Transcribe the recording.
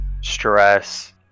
stress